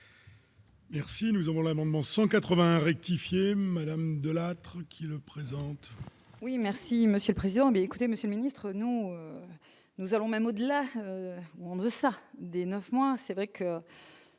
Merci, nous avons l'amendement 180 rectifier Madame Delattre qui le présente. Oui, merci Monsieur le Président, mais écoutez monsieur ministre nous nous allons même au-delà ou en-deçà des 9 mois c'est vrai que